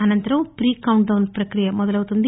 అనంతరం ట్రీ countdown ప్రక్రియ మొదలవుతుంది